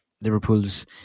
Liverpool's